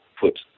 put